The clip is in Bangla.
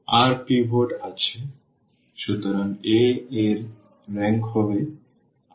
r পিভট আছে সুতরাং a এর রেংক হবে r